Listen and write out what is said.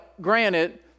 granted